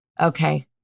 Okay